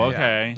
Okay